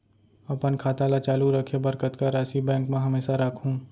अपन खाता ल चालू रखे बर कतका राशि बैंक म हमेशा राखहूँ?